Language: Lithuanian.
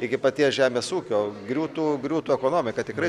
iki paties žemės ūkio griūtų griūtų ekonomika tikrai